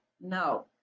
no